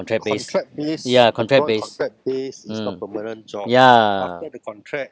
contract based ya contract based mm ya